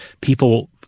people